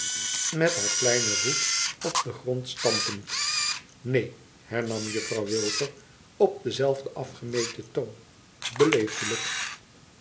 met haar kleinen voet op den grond stampend neen hernam juffrouw wilfer op denzelfden afgemeten toon beleefdelijk